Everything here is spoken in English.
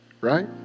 right